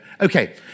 Okay